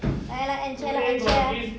eh like and share like and share ah